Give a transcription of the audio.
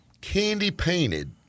candy-painted